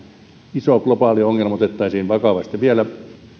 iso globaali ongelma otettaisiin vakavasti vielä